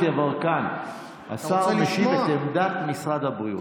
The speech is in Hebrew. עשה בדיקה מייד,